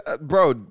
bro